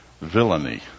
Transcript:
villainy